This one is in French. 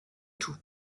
tout